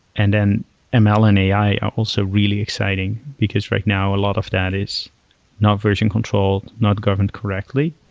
and then ml and ai are also really exciting, because right now a lot of that is not version controlled, not governed correctly,